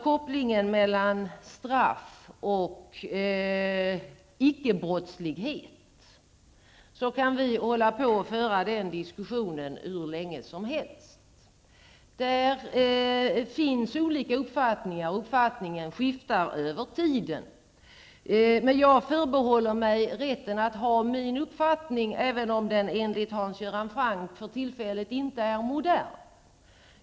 Kopplingen mellan straff och icke-brottslighet kan vi diskutera hur länge som helst. Där finns olika uppfattningar, och uppfattningen skiftar över tiden. Men jag förbehåller mig rätten att ha min uppfattning, även om den enligt Hans Göran Franck för tillfället inte är modern.